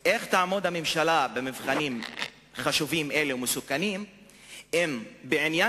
איך תעמוד הממשלה במבחנים חשובים ומסוכנים אלה אם בעניין